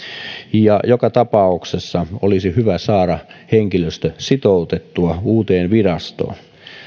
ja joka tapauksessa olisi hyvä saada henkilöstö sitoutettua uuteen virastoon